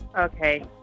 Okay